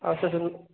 ଆଉ ସେଥିରୁ